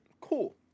Cool